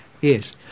Yes